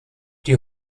die